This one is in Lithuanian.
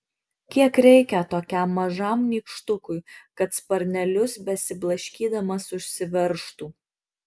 kiek reikia tokiam mažam nykštukui kad sparnelius besiblaškydamas užsiveržtų